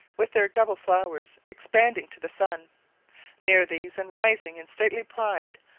with their double flowers expanding to the sun near these, and rising in stately pride,